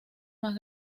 más